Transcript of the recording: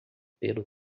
pelo